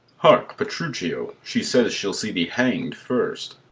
hark, petruchio she says she'll see thee hang'd first.